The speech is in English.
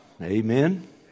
Amen